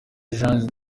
jean